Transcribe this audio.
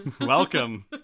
Welcome